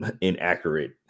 inaccurate